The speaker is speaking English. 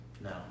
No